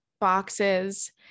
boxes